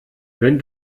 wenn